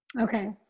Okay